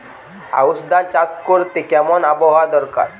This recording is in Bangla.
আউশ ধান চাষ করতে কেমন আবহাওয়া দরকার?